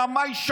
רמאי,